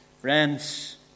Friends